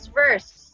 verse